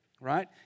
right